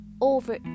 over